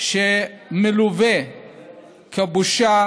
שמלווה בבושה